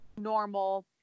normal